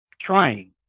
trying